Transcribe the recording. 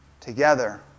Together